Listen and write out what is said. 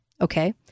Okay